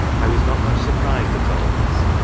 i was not much surprised at all this,